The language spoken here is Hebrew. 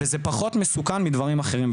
וזה פחות מסוכן מדברים אחרים.